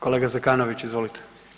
Kolega Zekanović, izvolite.